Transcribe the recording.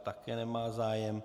Také nemá zájem.